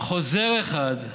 חוזר אחד,